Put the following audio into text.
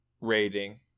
rating